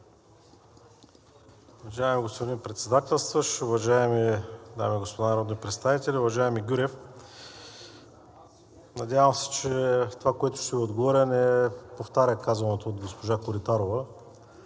Уважаеми господин Председателстващ, уважаеми дами и господа народни представители! Уважаеми господин Гюрев, надявам се, че това, което ще Ви отговоря, не повтаря казаното от госпожа Коритарова.